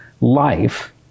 life